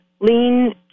lean